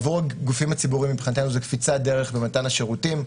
עבור הגופים הציבוריים מבחינתנו זה קפיצת דרך במתן השירותים,